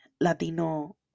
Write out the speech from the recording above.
Latino